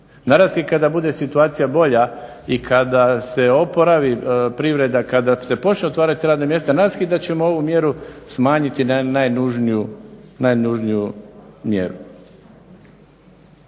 Nadasve kada bude situacija bolja i kada se oporavi privreda, kada se počne otvarati radna mjesta, nadam se da ćemo ovu mjeru smanjiti, smanjiti na najnužniju mjeru.